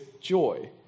joy